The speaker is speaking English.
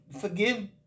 forgive